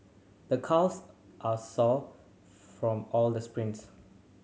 the calves are sore from all the sprints